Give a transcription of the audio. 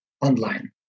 online